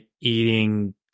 eating